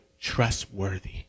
trustworthy